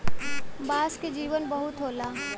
बांस के जीवन बहुत होला